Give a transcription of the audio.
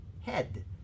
head